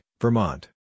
Vermont